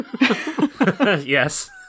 Yes